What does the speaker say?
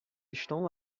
estão